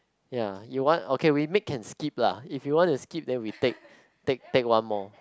ya you want okay we make can skip lah if you want to skip then we take take take one more